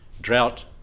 drought